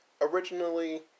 originally